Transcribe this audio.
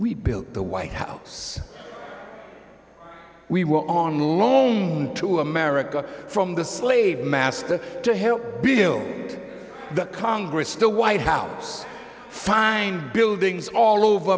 we built the white house we were on loan to america from the slave master to help build the congress the white house fine buildings all over